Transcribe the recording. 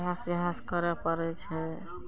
इएह से इएह से करय पड़य छै